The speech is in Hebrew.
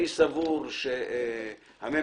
אני סבור שהממשלה